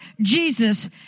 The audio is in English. Jesus